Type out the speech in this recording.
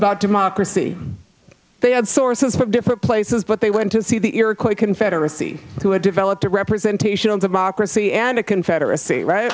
about democracy they had sources from different places but they went to see the iroquois confederacy who had developed a representation on democracy and a confederacy right